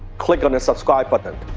click on the subscribe button.